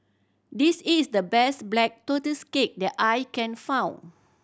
this is the best Black Tortoise Cake that I can found